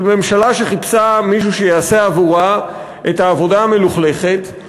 של ממשלה שחיפשה מישהו שיעשה עבורה את העבודה המלוכלכת,